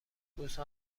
روزها